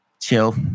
chill